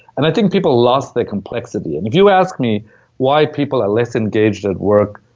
and i think people lost their complexity. and if you ask me why people are less engaged at work,